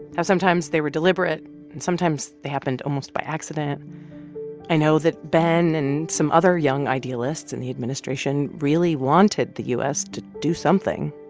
how sometimes they were deliberate and sometimes they happened almost by accident i know that ben and some other young idealists in the administration really wanted the u s. to do something,